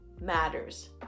matters